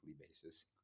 basis